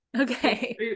Okay